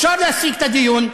אפשר להפסיק את הדיון,